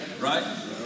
right